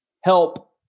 help